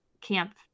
camp